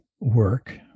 work